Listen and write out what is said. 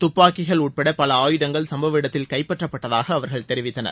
துப்பாக்கிகள் உட்பட பல ஆயுதங்கள் சம்பவ இடத்தில் கைப்பற்றப்பட்டதாக அவர்கள் தெரிவித்தனர்